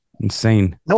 insane